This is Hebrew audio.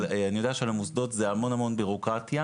אבל אני יודע שלמוסדות זה המון המון בירוקטיה,